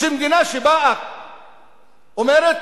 שמדינה שבאה ואומרת: